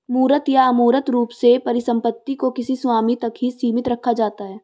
मूर्त या अमूर्त रूप से परिसम्पत्ति को किसी स्वामी तक ही सीमित रखा जाता है